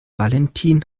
valentin